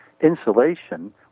insulation